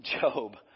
Job